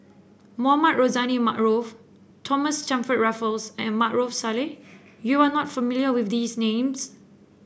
Mohamed Rozani Maarof Thomas Stamford Raffles and Maarof Salleh you are not familiar with these names